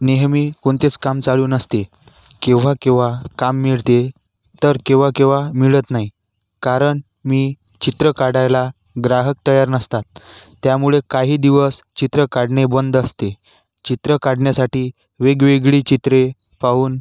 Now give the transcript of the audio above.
नेहमी कोणतेच काम चालू नसते केव्हा केव्हा काम मिळते तर केव्हा केव्हा मिळत नाही कारण मी चित्र काढायला ग्राहक तयार नसतात त्यामुळे काही दिवस चित्रं काढणे बंद असते चित्रं काढण्यासाठी वेगवेगळी चित्रे पाहून